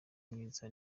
mwiza